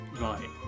right